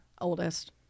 Oldest